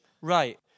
Right